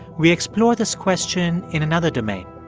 we explore this question in another domain.